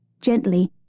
Gently